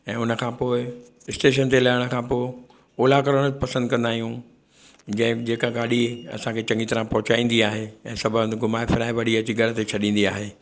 ऐं हुनखां पोइ स्टेशन ते लहण खां पोइ ओला करणु पसंदि कंदा आहियूं जे जेका गाॾी असांखे चङी तरह पहुचाईंदी आहे ऐं सभु हंधि घुमाए फिराए वरी अची करे दर ते छॾींदी आहे